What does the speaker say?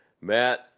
matt